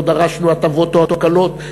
לא דרשנו הטבות או הקלות,